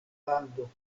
lando